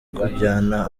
kujyana